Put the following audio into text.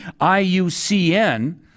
IUCN